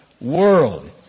world